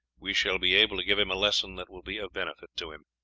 we shall be able to give him a lesson that will be of benefit to him.